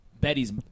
Betty's